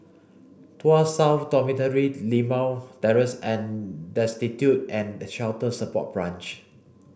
Tuas South Dormitory Limau Terrace and Destitute and Shelter Support Branch